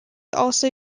also